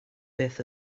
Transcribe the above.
beth